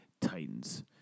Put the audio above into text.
Titans